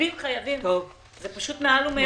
שהגיעו לוועדה.